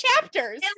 chapters